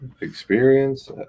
experience